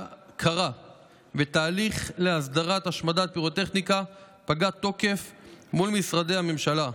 קרה ותהליך להסדרת השמדת פירוטכניקה שפג תוקפה מול משרדי הממשלה,